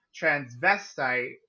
transvestite